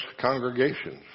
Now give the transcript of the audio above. congregations